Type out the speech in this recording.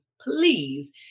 please